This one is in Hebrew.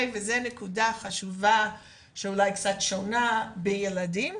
וזו נקודה חשובה שאולי קצת שונה בילדים,